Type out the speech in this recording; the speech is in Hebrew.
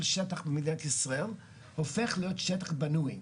שטח של מדינת ישראל הופך להיות שטח בנוי.